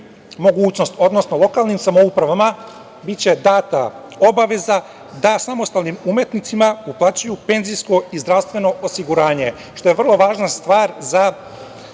mogućnost, odnosno lokalnim samoupravama biće data obaveza da samostalnim umetnicima uplaćuju penzijsko i zdravstveno osiguranje što je vrlo važna stvar za